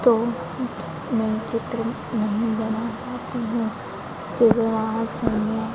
तो मैं चित्र नहीं बना पाती हूँ क्योंकि वहाँ समय